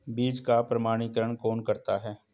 बीज का प्रमाणीकरण कौन करता है?